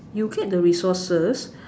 you get the resources